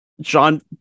John